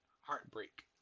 heartbreak